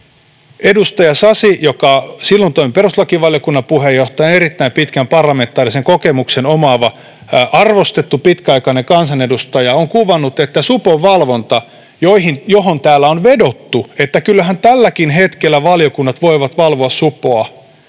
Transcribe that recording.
edustaja Sasi, joka silloin toimi perustuslakivaliokunnan puheenjohtajana ja on erittäin pitkän parlamentaarisen kokemuksen omaava, arvostettu, pitkäaikainen kansanedustaja, on näin kuvannut. Supon valvonta, johon täällä on vedottu, että kyllähän tälläkin hetkellä valiokunnat voivat valvoa supoa,